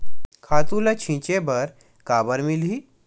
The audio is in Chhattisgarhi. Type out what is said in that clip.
खातु ल छिंचे बर काबर मिलही?